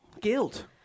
Guilt